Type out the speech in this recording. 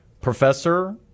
professor